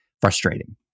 frustrating